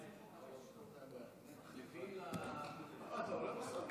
אתה עולה בסוף?